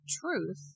truth